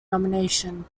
nomination